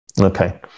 okay